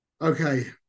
okay